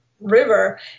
river